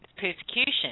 persecution